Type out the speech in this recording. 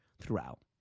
throughout